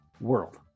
world